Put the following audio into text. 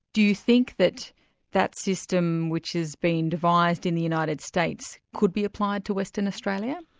do you think that that system, which has been devised in the united states, could be applied to western australia?